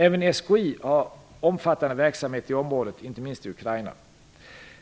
Även SKI har omfattande verksamhet i området, inte minst i Ukraina.